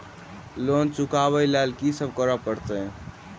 Loan चुका ब लैल की सब करऽ पड़तै?